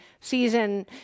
season